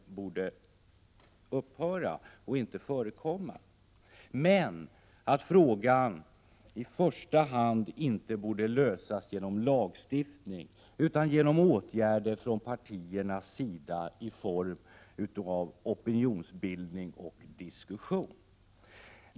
Denna borde upphöra och över huvud taget inte förekomma. Man menade också att frågan i första hand inte borde lösas genom lagstiftning utan genom åtgärder från partiernas sida i form av opinionsbildning och diskussioner.